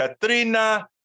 Katrina